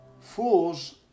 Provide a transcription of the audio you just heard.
Fools